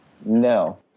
no